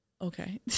okay